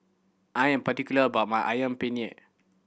I am particular about my Ayam Penyet